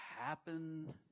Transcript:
happen